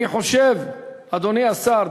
אדוני השר,